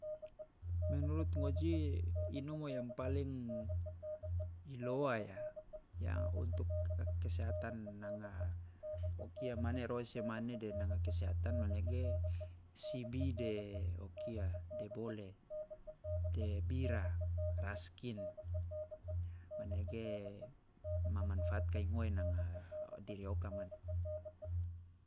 Menurut ngoji inomo yang paling ilowa ya, ya untuk kesehatan nanga kia mane roese mane de nanga kesehatan manege sibi de o kia, bole. De bira, raskin. Manege ma manfaat kai ngoe nanga diri oka manege.